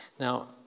Now